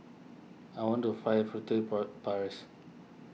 I want to fire Furtere Paris